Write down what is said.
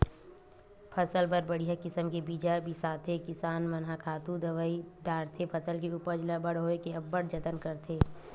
फसल बर बड़िहा किसम के बीजा बिसाथे किसान मन ह खातू दवई डारथे फसल के उपज ल बड़होए के अब्बड़ जतन करथे